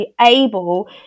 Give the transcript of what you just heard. able